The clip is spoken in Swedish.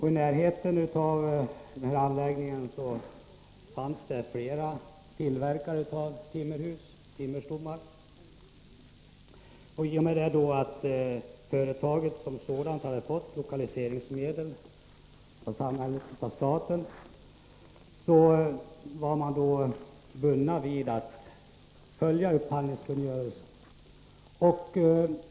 I närheten av anläggningen fanns flera tillverkare av timmerstommar för egnahus. Men i och med att företaget hade fått lokaliseringsmedel av staten var det bundet av att följa upphandlingskungörelsen.